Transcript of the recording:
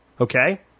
Okay